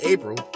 April